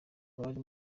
bari